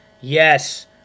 Yes